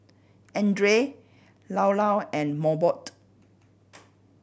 Andre Llao Llao and Mobot